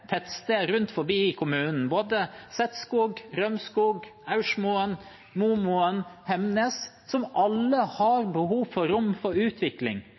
tettsteder rundt i kommunen, Setskog, Rømskog, Aursmoen, Momoen og Hemnes, som alle har behov for rom for utvikling.